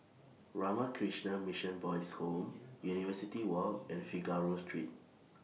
Ramakrishna Mission Boys' Home University Walk and Figaro Street